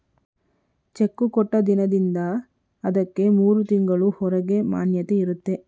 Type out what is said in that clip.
cheque ಕೊಟ್ಟ ದಿನದಿಂದ ಅದಕ್ಕೆ ಮೂರು ತಿಂಗಳು ಹೊರಗೆ ಮಾನ್ಯತೆ ಇರುತ್ತೆ